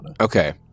Okay